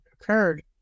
occurred